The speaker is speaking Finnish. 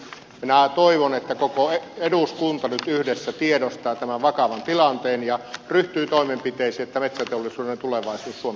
minä toivon että koko eduskunta nyt yhdessä tiedostaa tämän vakavan tilanteen ja ryhtyy toimenpiteisiin niin että metsäteollisuuden tulevaisuus suomessa voidaan turvata